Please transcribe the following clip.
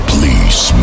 Please